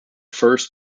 first